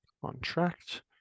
contract